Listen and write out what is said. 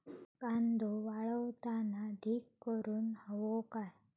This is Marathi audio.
कांदो वाळवताना ढीग करून हवो काय?